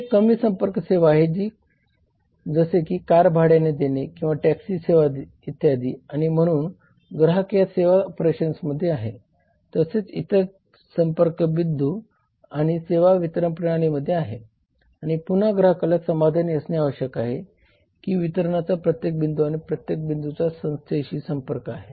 ही एक कमी संपर्क सेवा आहे जसे की कार भाड्याने देणे किंवा टॅक्सी सेवा इत्यादी आणि म्हणून ग्राहक या सेवा ऑपरेशन्समध्ये आहे तसेच इतर संपर्क बिंदू आणि सेवा वितरण प्रणालीमध्ये आहे आणि पुन्हा ग्राहकाला समाधानी असणे आवश्यक आहे की वितरणाचा प्रत्येक बिंदू आणि प्रत्येक बिंदूचा संस्थेशी संपर्क आहे